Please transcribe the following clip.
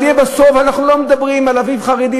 אנחנו לא מדברים על אביב חרדי,